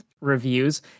reviews